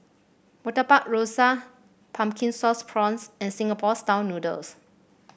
Murtabak Rusa Pumpkin Sauce Prawns and Singapore style noodles